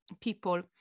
people